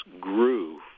grew